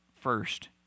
first